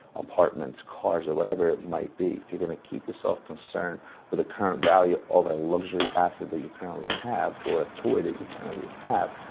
apartments, cars, or whatever it might be if you're gonna keep yourself concerned with the current value of the luxury asset that you currently have, or a toy that you currently have,